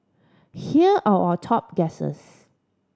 here are our top guesses